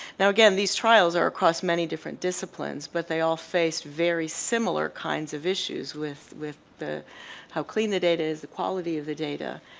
now again these trials are across many different disciplines but they all face very similar kinds of issues with with how clean the data is, the quality of the data,